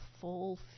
full